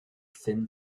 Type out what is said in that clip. thin